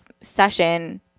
session